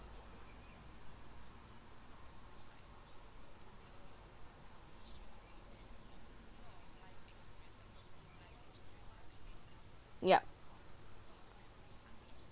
yup